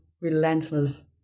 relentless